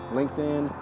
LinkedIn